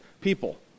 people